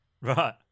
Right